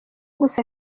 gusa